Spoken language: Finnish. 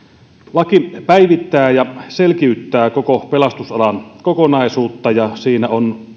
laki päivittää ja selkiyttää koko pelastusalan kokonaisuutta ja siinä